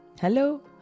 Hello